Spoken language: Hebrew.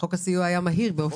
--- חוק הסיוע היה מהיר,